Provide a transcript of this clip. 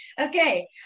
Okay